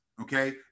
okay